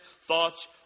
thoughts